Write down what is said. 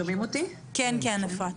כן, אפרת.